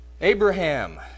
Abraham